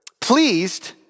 pleased